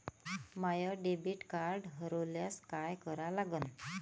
माय debit card हरोल्यास काय करा लागन?